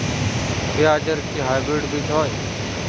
পেঁয়াজ এর কি হাইব্রিড বীজ হয়?